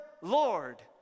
Lord